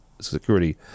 security